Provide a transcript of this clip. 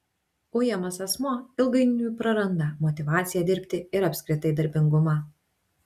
ujamas asmuo ilgainiui praranda motyvaciją dirbti ir apskritai darbingumą